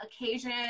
occasion